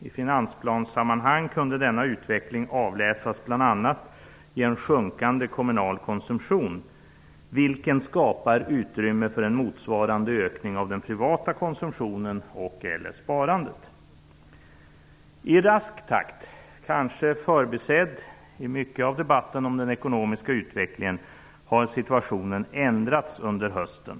I finansplanssammanhang kunde denna utveckling avläsas bl.a. i en sjunkande kommunal konsumtion, vilken skapar utrymme för en motsvarande ökning av den privata konsumtionen och även sparandet. I rask takt, kanske förbisedd i mycket av debatten om den ekonomiska utvecklingen, har situationen ändrats under hösten.